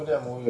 uh